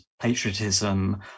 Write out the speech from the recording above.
patriotism